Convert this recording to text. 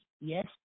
Yes